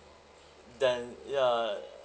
than ya